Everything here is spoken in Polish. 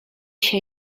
się